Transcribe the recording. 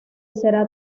será